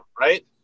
Right